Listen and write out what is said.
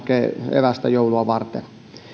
evästä joulua varten